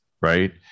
Right